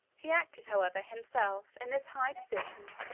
he acted, however, himself, in this high position,